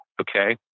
okay